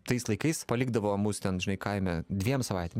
tais laikais palikdavo mus ten žinai kaime dviem savaitėm